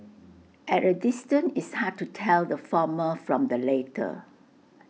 at A distance it's hard to tell the former from the latter